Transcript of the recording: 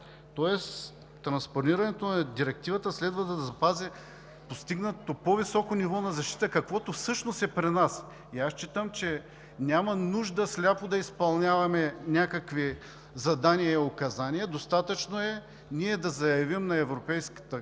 транспонирането на директивата следва да запази постигнатото по-високо ниво на защита, каквото всъщност е при нас. Считам, че няма нужда сляпо да изпълняваме някакви задания и указания. Достатъчно е да заявим на Европейската комисия,